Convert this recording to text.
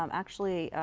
um actually,